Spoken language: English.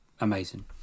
amazing